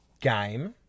game